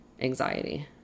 anxiety